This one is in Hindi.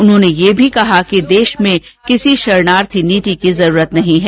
उन्होंने यह भी कहा कि देश में किसी शरणार्थी नीति की जरुरत नहीं है